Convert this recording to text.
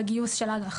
בגיוס של אג"ח.